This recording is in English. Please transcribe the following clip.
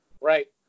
Right